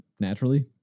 naturally